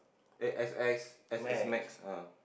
eh X_S X_S next ah